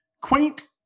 quaint